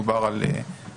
דובר על שריפה,